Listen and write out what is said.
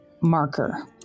marker